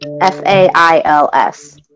f-a-i-l-s